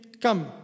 come